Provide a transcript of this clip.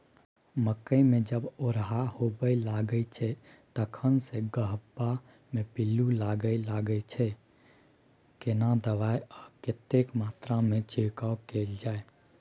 मकई मे जब ओरहा होबय लागय छै तखन से गबहा मे पिल्लू लागय लागय छै, केना दबाय आ कतेक मात्रा मे छिरकाव कैल जाय?